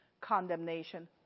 condemnation